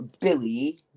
Billy